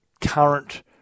current